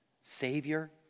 Savior